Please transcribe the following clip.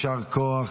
יישר כוח.